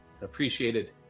appreciated